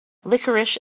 licorice